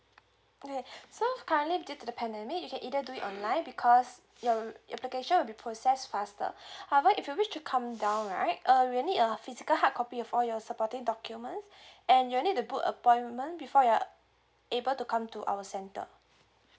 okay so currently due to the pandemic you can either do it online because your application will be process faster however if you wish to come down right uh we'll a physical hardcopy of all your supporting documents and you need to book appointment before you're able to come to our center